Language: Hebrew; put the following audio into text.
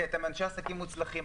כי אתם אנשי עסקים מוצלחים.